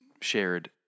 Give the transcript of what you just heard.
shared